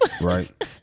right